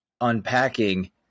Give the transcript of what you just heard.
unpacking